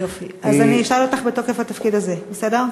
יופי, אז אשאל אותך בתוקף התפקיד הזה, בסדר?